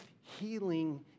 healing